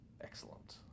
excellent